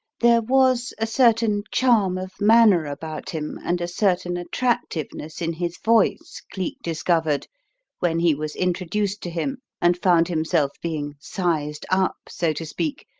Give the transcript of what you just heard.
there was a certain charm of manner about him and a certain attractiveness in his voice cleek discovered when he was introduced to him and found himself being sized up, so to speak,